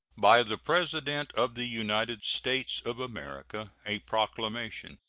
by the president of the united states of america. a proclamation.